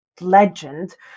legend